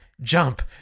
jump